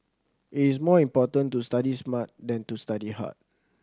it is more important to study smart than to study hard